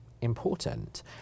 important